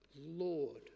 Lord